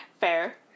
Fair